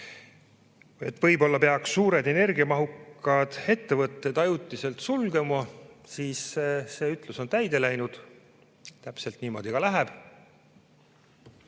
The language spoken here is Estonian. võib-olla peaks suured energiamahukad ettevõtted ajutiselt sulgema – see ütlus on täide läinud. Täpselt niimoodi paraku ka läheb.